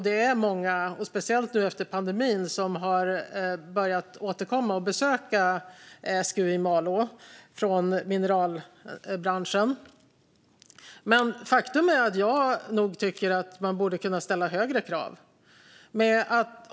Det är många, speciellt nu efter pandemin, från mineralbranschen som har börjat återkomma till och besöka SGU i Malå. Men faktum är att jag tycker att man nog skulle kunna ställa högre krav.